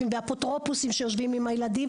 ואפוטרופוסים שיושבים עם הילדים,